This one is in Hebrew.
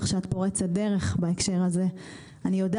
אני יודעת כמה זה קשה להיות אישה יחידה בחדר,